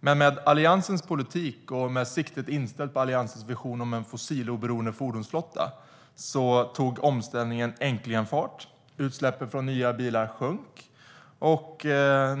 Men med Alliansens politik och med siktet inställt på Alliansens vision om en fossiloberoende fordonsflotta tog omställningen äntligen fart, och utsläppen från nya bilar minskade.